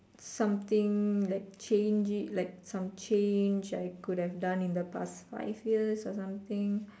something like change it like some change I could have done in the past five years or something